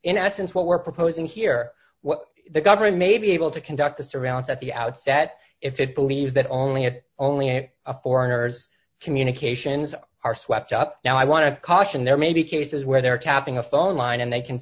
in essence what we're proposing here what the government may be able to conduct the surveillance at the outset if it believes that only it only foreigners communications are swept up now i want to caution there may be cases where they're tapping a phone line and they can